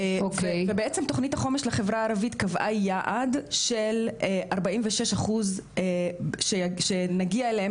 תוכנית החומש לחברה הערבית קבע היעד של 46% שנגיע אליהם